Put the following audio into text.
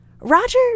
Roger